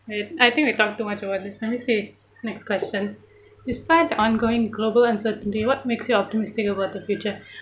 wait I think we talked too much about this let me see next question despite ongoing global uncertainty what makes you optimistic about the future